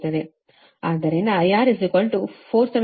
ಆದ್ದರಿಂದ IR 477